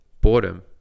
boredom